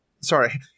sorry